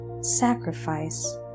sacrifice